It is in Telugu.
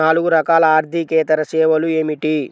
నాలుగు రకాల ఆర్థికేతర సేవలు ఏమిటీ?